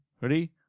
Ready